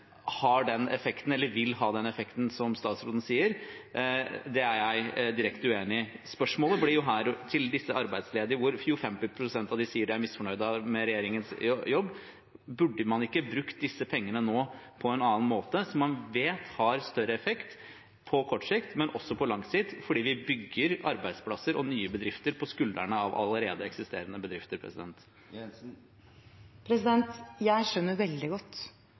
vil ha den effekten som statsråden sier: Det er jeg dypt uenig i. Spørsmålet blir, når 57 pst. av de arbeidsledige sier at de er misfornøyd med regjeringens jobb: Burde man ikke brukt disse pengene på en måte som man vet har større effekt på kort sikt, men også på lang sikt, fordi vi bygger arbeidsplasser og nye bedrifter på skuldrene til allerede eksisterende bedrifter? Jeg skjønner veldig godt